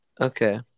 Okay